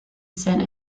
saint